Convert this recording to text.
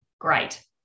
Great